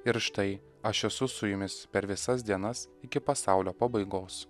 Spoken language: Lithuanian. ir štai aš esu su jumis per visas dienas iki pasaulio pabaigos